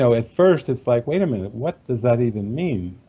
so at first it's like, wait a minute, what does that even mean?